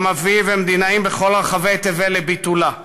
גם אבי ומדינאים בכל רחבי תבל, לביטולה.